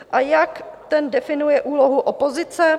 A jak ten definuje úlohu opozice?